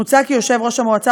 מוצע כי יושב-ראש המועצה,